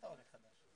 אתה עולה חדש?